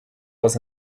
was